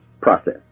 process